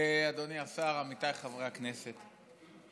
אדוני השר, עמיתיי חברי הכנסת,